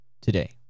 today